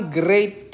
great